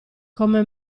come